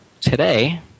today